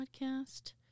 podcast